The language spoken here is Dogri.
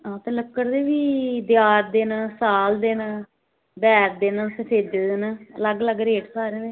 हां ते लक्कड़ दे वी देआर न साल दे न बैर दे न सफेदे दे न लग्ग लग्ग रेट सारें दे